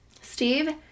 Steve